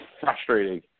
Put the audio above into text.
Frustrating